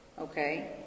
okay